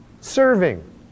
serving